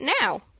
now